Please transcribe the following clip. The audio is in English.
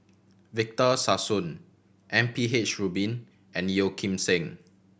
Victor Sassoon M P H Rubin and Yeo Kim Seng